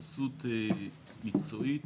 התייחסות מקצועית,